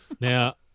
Now